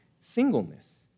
singleness